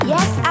Yes